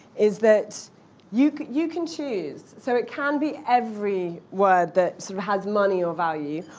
is that you you can choose. so it can be every word that sort of has money or value,